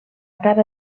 cara